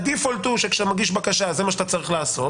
הדיפולט הוא שכאשר אתה מגיש בקשה זה מה שאתה צריך לעשות,